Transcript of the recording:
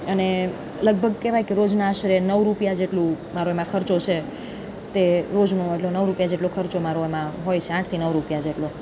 અને લગભગ કહેવાય કે રોજના આશરે નવ રૂપિયા જેટલું મારો એમાં ખર્ચો છે તે રોજનું નવ રૂપિયા જેટલો ખર્ચો મારો એમાં હોય છે આઠથી નવ રૂપિયા જેટલો